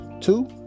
Two